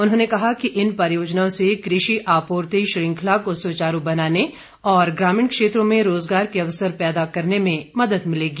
उन्होंने कहा कि इन परियोजनाओं से कृषि आपूर्ति श्रृंखला को सुचारू बनाने और ग्रामीण क्षेत्रों में रोजगार के अवसर पैदा करने में मदद मिलेगी